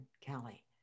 Kelly